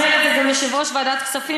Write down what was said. אומר את זה גם יושב-ראש ועדת הכספים,